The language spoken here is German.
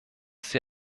sie